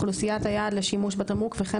6.1.6 אוכלוסיית היעד לשימוש בתמרוק וכן